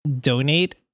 donate